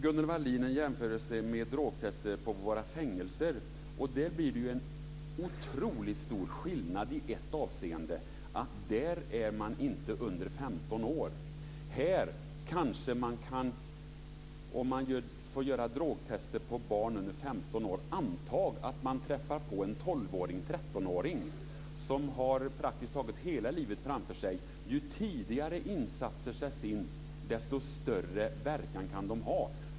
Gunnel Wallin jämför med drogtest på våra fängelser men där är det i ett avseende en otroligt stor skillnad. Där är man ju inte under 15 år. Antag att man, om drogtest får göras på barn under 15 år, träffar på en 12 eller 13-åring, som ju praktiskt taget har hela livet framför sig. Ju tidigare insatser sätts in, desto större verkan kan de ha.